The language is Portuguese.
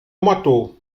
matou